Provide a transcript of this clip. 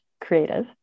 creative